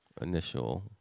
Initial